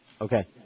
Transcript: Okay